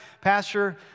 pastor